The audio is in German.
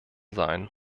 sein